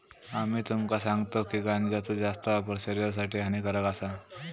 आम्ही तुमका सांगतव की गांजाचो जास्त वापर शरीरासाठी हानिकारक आसा